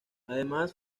además